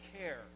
care